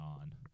on